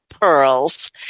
pearls